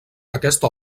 aquesta